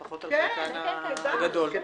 לפחות על חלקן הגדול.